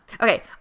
Okay